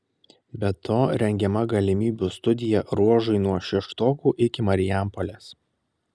be to rengiama galimybių studija ruožui nuo šeštokų iki marijampolės